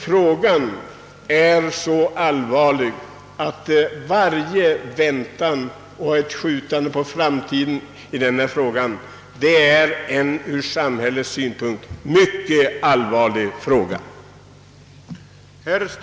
Frågan är så viktig att det ur samhällets synpunkt är mycket allvarligt med varje uppskov.